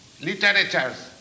literatures